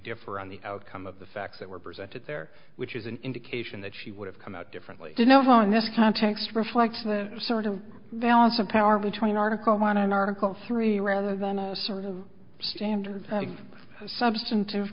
differ on the outcome of the facts that were presented there which is an indication that she would have come out differently you know in this context reflects the sort of balance of power between article one article three rather than a sort of standard substan